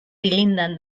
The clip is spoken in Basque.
dilindan